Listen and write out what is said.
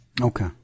Okay